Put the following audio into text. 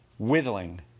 Whittling